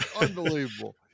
unbelievable